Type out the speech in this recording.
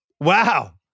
Wow